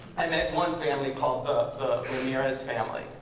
i met one family called the ramirez family.